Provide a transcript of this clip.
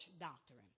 doctrine